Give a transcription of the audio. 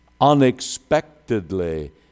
unexpectedly